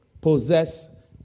Possess